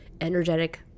energetic